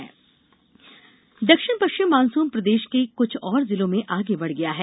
मौसम मानसून दक्षिण पश्चिम मानसून प्रदेश में कुछ और जिलों में आगे बढ़ गया है